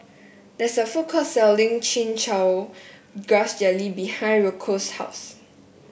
there is a food court selling Chin Chow Grass Jelly behind Roscoe's house